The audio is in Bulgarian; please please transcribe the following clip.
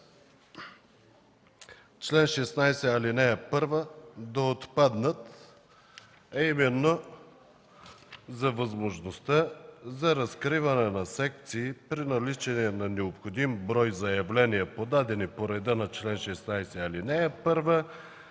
„чл. 16, ал. 1” да отпаднат. А именно за възможността за разкриване на секции при наличие на необходим брой заявления, подадени по реда на чл. 16, ал. 1,